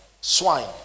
swine